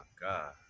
God